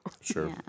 Sure